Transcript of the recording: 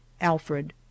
Alfred